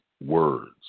words